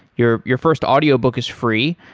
your your first audio book is free.